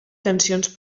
tensions